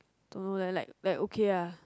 don't know leh like like okay ah